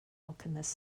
alchemist